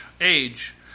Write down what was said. age